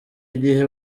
igihe